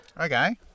okay